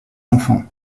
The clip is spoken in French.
enfants